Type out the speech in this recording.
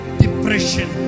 depression